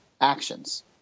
actions